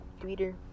Twitter